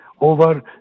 over